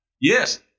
Yes